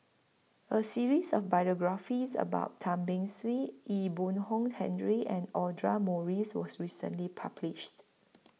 A series of biographies about Tan Beng Swee Ee Boon Kong Henry and Audra Morrice was recently published